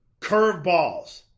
curveballs